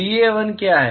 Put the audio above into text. DA1 क्या है